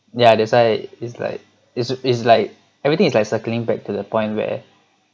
ya that's why is like it's it's like everything is like circling back to the point where